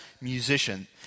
musician